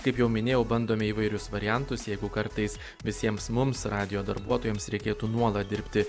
kaip jau minėjau bandome įvairius variantus jeigu kartais visiems mums radijo darbuotojams reikėtų nuolat dirbti